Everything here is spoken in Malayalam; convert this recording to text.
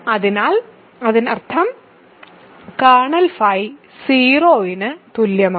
അതിനാൽ അതിനർത്ഥം കേർണൽ ഫൈ 0 ന് തുല്യമാണ്